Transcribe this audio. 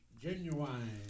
Genuine